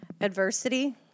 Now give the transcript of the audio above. adversity